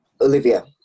Olivia